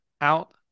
out